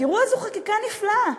תראו איזו חקיקה נפלאה.